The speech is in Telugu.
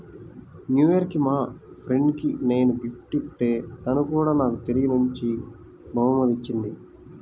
న్యూ ఇయర్ కి మా ఫ్రెండ్ కి నేను గిఫ్ట్ ఇత్తే తను కూడా నాకు తిరిగి మంచి బహుమతి ఇచ్చింది